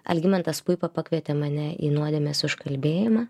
algimantas puipa pakvietė mane į nuodėmės užkalbėjimą